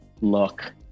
Look